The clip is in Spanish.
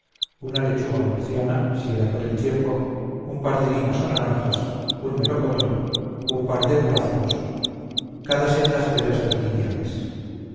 una lechuga murciana si era por el tiempo un par de limas o naranjas un melocotón un par de duraznos cada sendas peras verdiniales